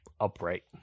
upright